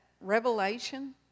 revelation